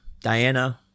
Diana